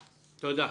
תודה.